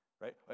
Right